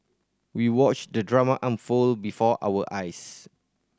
we watched the drama unfold before our eyes